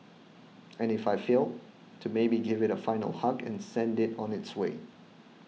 and if I failed to maybe give it a final hug and send it on its way